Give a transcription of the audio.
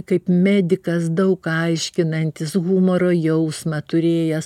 kaip medikas daug aiškinantis humoro jausmą turėjęs